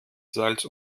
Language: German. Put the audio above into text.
salz